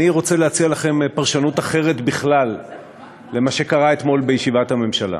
אני רוצה להציע לכם פרשנות אחרת בכלל למה שקרה אתמול בישיבת הממשלה.